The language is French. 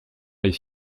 les